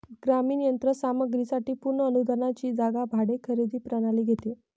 ग्रामीण यंत्र सामग्री साठी पूर्ण अनुदानाची जागा भाडे खरेदी प्रणाली घेते